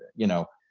you know,